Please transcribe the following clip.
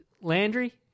Landry